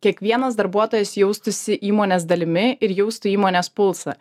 kiekvienas darbuotojas jaustųsi įmonės dalimi ir jaustų įmonės pulsą